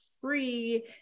free